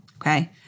okay